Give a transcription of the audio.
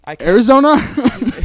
arizona